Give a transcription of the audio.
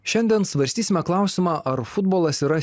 šiandien svarstysime klausimą ar futbolas yra